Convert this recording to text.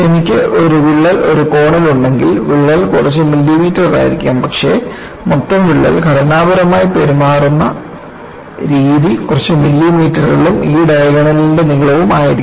എനിക്ക് ഒരു വിള്ളൽ ഒരു കോണിൽ ഉണ്ടെങ്കിൽ വിള്ളൽ കുറച്ച് മില്ലിമീറ്ററായിരിക്കാം പക്ഷേ മൊത്തം വിള്ളൽ ഘടനാപരമായി പെരുമാറുന്ന രീതി കുറച്ച് മില്ലിമീറ്ററും ഈ ഡയഗോണലിന്റെ നീളവും ആയിരിക്കും